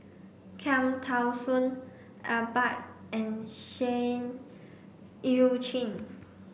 Cham Tao Soon Iqbal and Seah Eu Chin